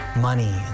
Money